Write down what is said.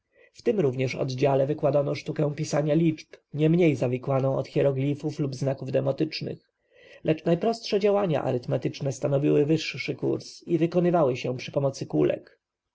w tym również oddziale wykładano sztukę pisania liczb niemniej zawikłaną od hieroglifów lub znaków demotycznych lecz najprostsze działania arytmetyczne stanowiły wyższy kurs i wykonywały się przy pomocy kulek